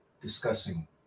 discussing